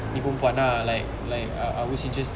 ni perempuan ah like like I I was interested